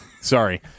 Sorry